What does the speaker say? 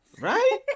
right